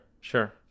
sure